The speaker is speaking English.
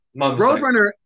Roadrunner